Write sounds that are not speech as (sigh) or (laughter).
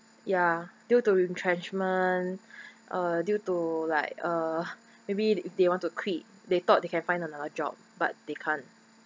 ya due to retrenchment (breath) uh due to like uh maybe the~ they want to quit they thought they can find another job but they can't